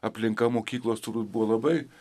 aplinka mokyklos turbūt buvo labai